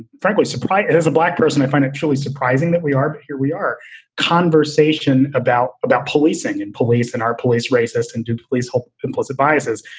frankly, surprised as a black person, i find it truly surprising that we are. but here we are conversation about about policing and police and our police races and police hope implicit biases.